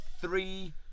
three